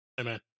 Amen